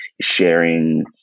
sharing